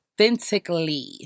authentically